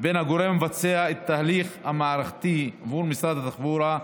עם הגורם המבצע את התהליך המערכתי עבור משרד התחבורה,